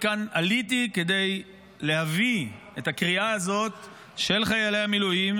עליתי לכאן כדי להביא את הקריאה הזאת של חיילי המילואים,